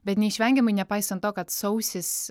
bet neišvengiamai nepaisant to kad sausis